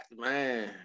Man